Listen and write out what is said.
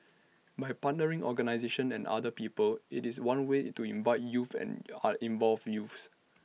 by partnering organisations and other people IT is one way to invite in youth and involve youth